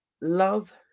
Love